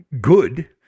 good